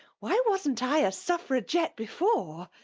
why wasn't i a suffragette before?